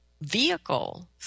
vehicle